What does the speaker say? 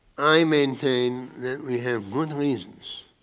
i maintain that we have good reasons